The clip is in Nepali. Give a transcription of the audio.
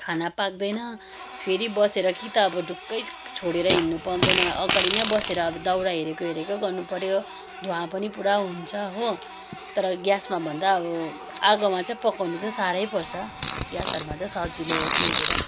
खाना पाक्दैन फेरि बसेर कि त अब ढुक्कै छोडेर हिँड्नु पाउँदैन अगाडि नै बसेर अब दाउरा हेरेको हेरेकै गर्नुपर्यो धुवा पनि पुरा हुन्छ हो तर ग्यासमा भन्दा अब आगोमा चाहिँ पकाउनु चाहिँ साह्रै पर्छ ग्यासहरूमा चाहिँ सजिलो हो त्यो हेरेर